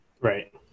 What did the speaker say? Right